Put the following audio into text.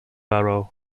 barrow